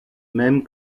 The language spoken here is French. même